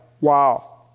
Wow